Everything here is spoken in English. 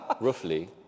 roughly